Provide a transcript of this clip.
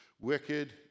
wicked